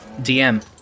DM